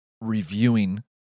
reviewing